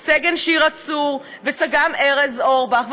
סגן שירה צור וסג"מ ארז אורבך.